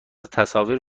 تصاویر